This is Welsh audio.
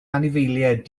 anifeiliaid